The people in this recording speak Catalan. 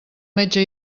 metge